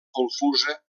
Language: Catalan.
confusa